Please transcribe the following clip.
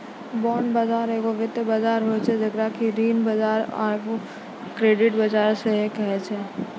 bond बजार एगो वित्तीय बजार होय छै जेकरा कि ऋण बजार आकि क्रेडिट बजार सेहो कहै छै